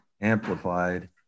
amplified